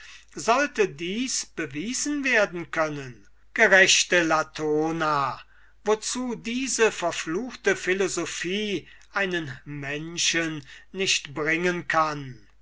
sollte dies bewiesen werden können gerechte latona wozu diese verfluchte philosophie einen menschen nicht bringen kann